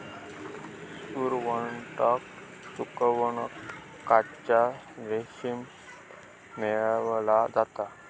सुरवंटाक सुकवन कच्चा रेशीम मेळवला जाता